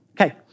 Okay